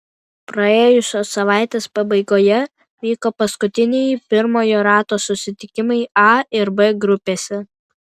praėjusios savaitės pabaigoje vyko paskutinieji pirmojo rato susitikimai a ir b grupėse